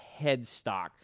headstock